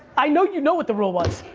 i know you know what the rule was.